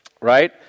Right